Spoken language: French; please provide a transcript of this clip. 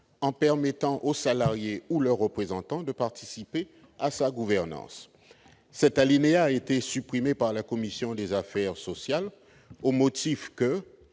en permettant aux salariés ou à leurs représentants de participer à la gouvernance. Cet alinéa a été supprimé par la commission des affaires sociales, au motif que